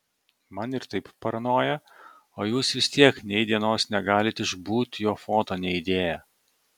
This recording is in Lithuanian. man ir taip paranoja o jūs vis tiek nei dienos negalit išbūt jo foto neįdėję